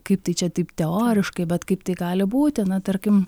kaip tai čia taip teoriškai bet kaip tai gali būti na tarkim